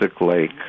Lake